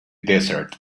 desert